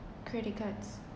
credit cards